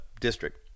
district